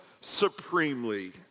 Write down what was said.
supremely